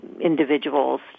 individuals